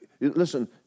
listen